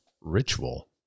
ritual